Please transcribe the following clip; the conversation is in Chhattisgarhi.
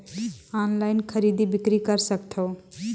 ऑनलाइन खरीदी बिक्री कर सकथव?